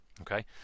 Okay